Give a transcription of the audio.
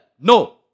No